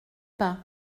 pas